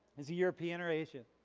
is he european or asian?